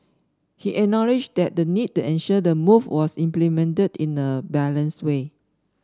he acknowledged that the need to ensure the move was implemented in a balanced way